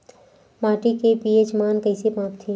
माटी के पी.एच मान कइसे मापथे?